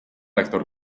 actor